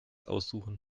aussuchen